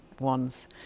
ones